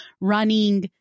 running